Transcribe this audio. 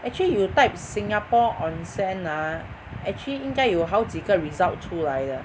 actually you type Singapore onsen ah actually 应该有好几个 result 出来的